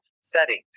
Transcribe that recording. Settings